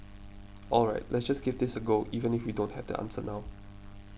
all right let's just give this a go even if we don't have the answer now